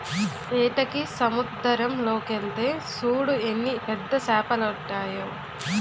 ఏటకి సముద్దరం లోకెల్తే సూడు ఎన్ని పెద్ద సేపలడ్డాయో